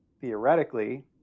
theoretically